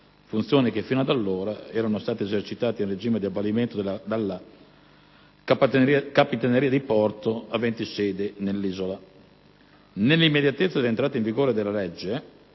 funzioni che, fino ad allora, erano state esercitate in regime di avvalimento dalle capitanerie di porto aventi sede nell'isola. Nell'immediatezza dell'entrata in vigore della citata